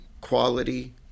quality